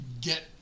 get